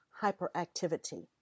hyperactivity